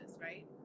right